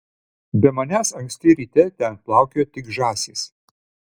be manęs anksti ryte ten plaukiojo tik žąsys